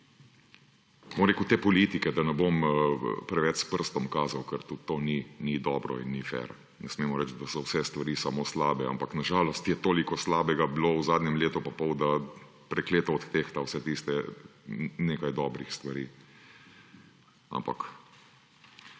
sindrom te politike, da ne bom preveč s prstom kazal, ker tudi to ni dobro in ni fer. Ne smemo reči, da so vse stvari samo slabe, ampak na žalost je toliko slabega bilo v zadnjem letu in pol, da prekleto odtehta vseh tistih nekaj dobrih stvari. Ampak,